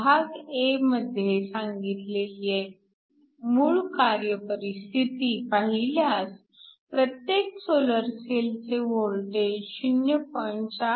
भाग a मध्ये सांगितलेली मूळ कार्य परिस्थिती पाहिल्यास प्रत्येक सोलर सेलचे वोल्टेज 0